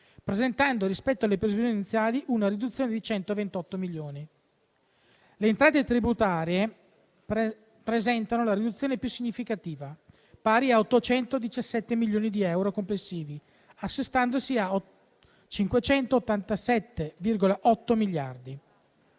presentando, rispetto alle previsioni iniziali, una riduzione di 128 milioni. Le entrate tributarie presentano la riduzione più significativa, pari a 817 milioni di euro complessivi, assestandosi a 587,8 miliardi.